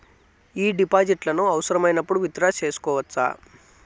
ఈ డిపాజిట్లను అవసరమైనప్పుడు విత్ డ్రా సేసుకోవచ్చా?